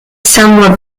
somewhat